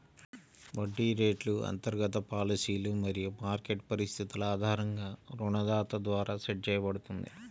వడ్డీ రేటు అంతర్గత పాలసీలు మరియు మార్కెట్ పరిస్థితుల ఆధారంగా రుణదాత ద్వారా సెట్ చేయబడుతుంది